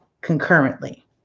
concurrently